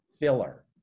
filler